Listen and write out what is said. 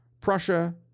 Prussia